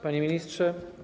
Panie Ministrze!